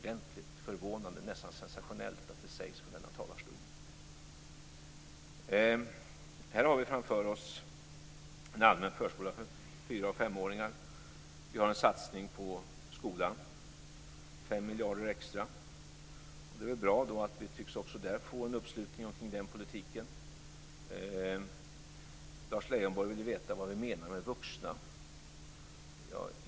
Det är nästan sensationellt att det sägs från denna talarstol. Här har vi framför oss en allmän förskola för fyraoch femåringar. Vi har en satsning på skolan - fem miljarder extra. Det är väl bra då att vi tycks få en uppslutning kring den politiken. Lars Leijonborg vill veta vad vi menar med vuxna.